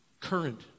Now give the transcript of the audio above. current